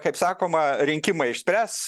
kaip sakoma rinkimai išspręs